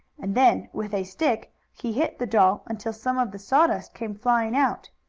and then, with a stick, he hit the doll until some of the sawdust came flying out.